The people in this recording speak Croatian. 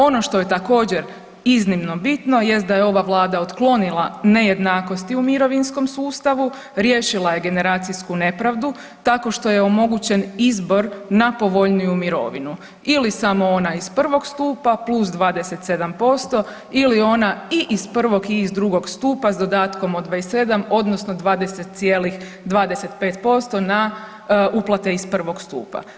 Ono što je također iznimno bitno jest da je ova Vlada otklonila nejednakosti u mirovinskom sustavu, riješila je generacijsku nepravdu tako što je omogućen izbor na povoljniju mirovnu ili samo ona iz prvog stupa plus 27% ili ona i iz prvog i iz drugog stupa s dodatkom od 27 odnosno 20,25% na uplate iz prvog stupa.